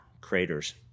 craters